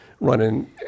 running